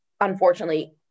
unfortunately